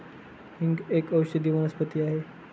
हिंग एक औषधी वनस्पती आहे